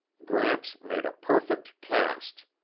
gramps made a perfect cast.